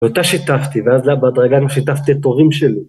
‫ואותה שיתפתי, ואז בהדרגה גם ‫שיתפתי את הורים שלי.